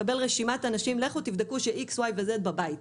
לקבל רשימת אנשים: לכו תבדוק ש-X, Y ו-Z בבית.